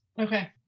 Okay